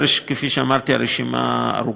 כפי שאמרתי, הרשימה ארוכה.